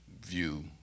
view